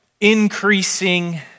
increasing